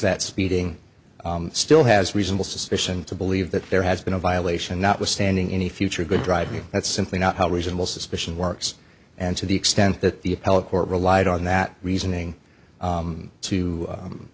that speeding still has reasonable suspicion to believe that there has been a violation notwithstanding any future good driving that's simply not how reasonable suspicion works and to the extent that the appellate court relied on that reasoning